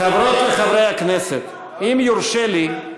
חברות וחברי הכנסת, אם יורשה לי,